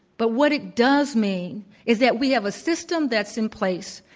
but what it does mean is that we have a system that's in place,